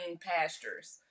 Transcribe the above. pastures